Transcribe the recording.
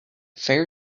fair